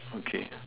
okay